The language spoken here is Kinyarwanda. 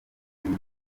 ndebe